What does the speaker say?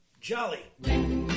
Jolly